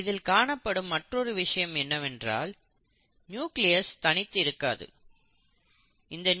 இதில் காணப்படும் மற்றொரு விஷயம் என்னவென்றால் நியூக்ளியஸ் தனித்து இருக்காது